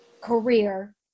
career